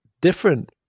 different